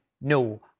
no